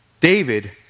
David